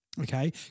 Okay